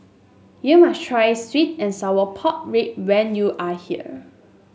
you must try sweet and Sour Pork rib when you are here